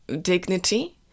dignity